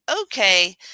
okay